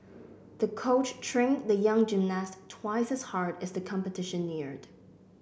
the coach trained the young gymnast twice as hard as the competition neared